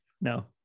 No